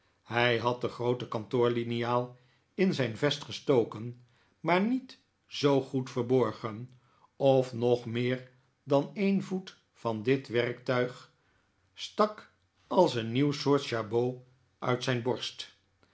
hij had de groote kantoorliniaal in zijn vest gestoken maar niet zoo goed verborgen of nog meer dan een voet van dit werktuig stak als een nieuw soort jabot uit zijn borst